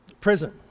Prison